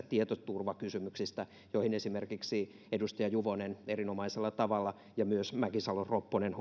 tietoturvakysymyksistä joihin omissa puheenvuoroissaan esimerkiksi edustaja juvonen erinomaisella tavalla ja myös mäkisalo ropponen